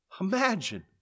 Imagine